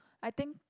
I think